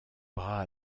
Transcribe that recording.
bras